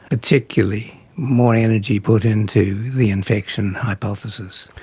particularly more energy put into the infection hypothesis.